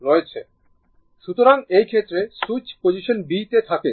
সুতরাং এই ক্ষেত্রে সুইচ পজিশন b তে থাকে